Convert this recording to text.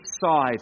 side